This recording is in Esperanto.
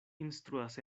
instruas